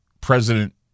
President